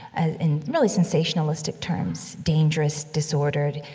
ah in really sensationalistic terms, dangerous, disordered,